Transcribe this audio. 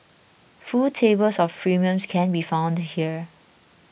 full tables of premiums can be found here